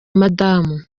madamu